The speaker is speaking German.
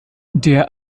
der